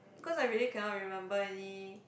cause I really cannot remember any